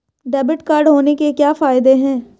Debit card होने के क्या फायदे हैं?